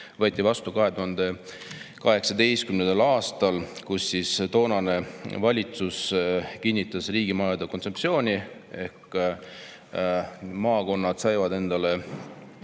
võeti vastu 2018. aastal, kus toonane valitsus kinnitas riigimajade kontseptsiooni, millega maakonnad said endale,